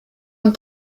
und